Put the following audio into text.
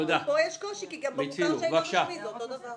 כאן יש קושי כי גם במוכר שאינו רשמי זה אותו הדבר.